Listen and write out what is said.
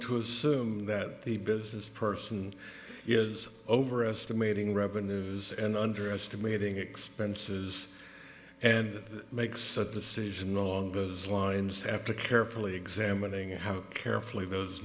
to assume that the business person is overestimating revenues and underestimating expenses and makes a decision along those lines after carefully examining how carefully those